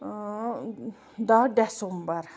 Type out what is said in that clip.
دَہ ڈیسَمبر